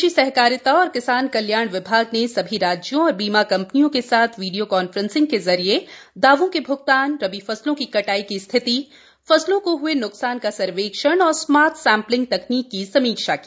कृषि सहकारिता और किसान कल्याण विभाग ने सभी राज्यों और बीमा कंपनियों के साथ वीडियों कांफ्रेंस के जरिये दावों के भ्गतान रबी फसलों की कटाई की स्थिति फसलों को हुए न्कसान का सर्वेक्षण और स्मार्ट सैंप्लिंग तकनीक की समीक्षा की